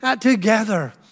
together